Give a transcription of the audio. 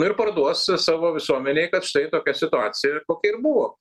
ir parduos savo visuomenei kad štai tokia situacija kokia ir buvo